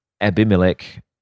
Abimelech